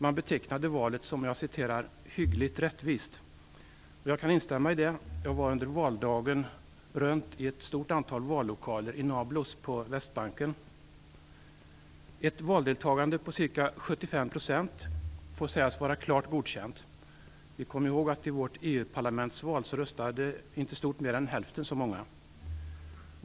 Man betecknade valet som "hyggligt rättvist", vilket jag kan instämma i. Jag besökte under valdagen ett stort antal vallokaler i Nablus på Västbanken. Ett valdeltagande på ca 75 % får sägas vara klart godkänt. I vårt val till EU-parlamentet röstade som bekant inte stort mer än hälften så många.